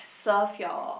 serve your